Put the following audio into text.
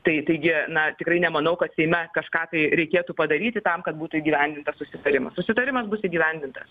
tai taigi na tikrai nemanau kad seime kažką tai reikėtų padaryti tam kad būtų įgyvendintas susitarimas susitarimas bus įgyvendintas